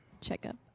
checkup